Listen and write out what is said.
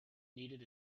needed